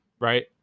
Right